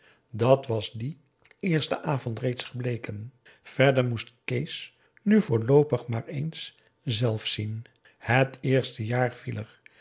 dat was dien eersten avond reeds gebleken verder moest kees nu voorloopig maar eens zelf zien het eerste jaar